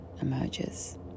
emerges